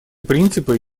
принципы